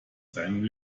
seinem